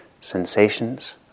sensations